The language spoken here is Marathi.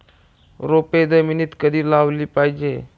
रोपे जमिनीत कधी लावली पाहिजे?